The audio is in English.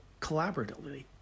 collaboratively